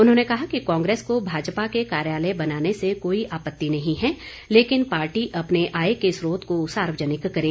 उन्होंने कहा कि कांग्रेस को भाजपा के कार्यालय बनाने से कोई आपत्ति नहीं है लेकिन पार्टी अपने आय के च्रोत को सार्यजनिक करें